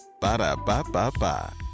Ba-da-ba-ba-ba